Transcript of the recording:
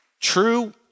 True